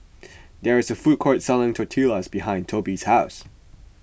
there is a food court selling Tortillas behind Toby's house